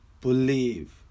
believe